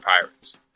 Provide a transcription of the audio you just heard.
Pirates